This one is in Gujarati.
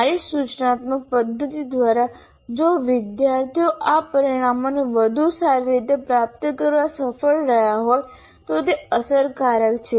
મારી સૂચનાત્મક પદ્ધતિ દ્વારા જો વિદ્યાર્થીઓ આ પરિણામોને વધુ સારી રીતે પ્રાપ્ત કરવામાં સફળ રહ્યા હોય તો તે અસરકારક છે